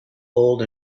old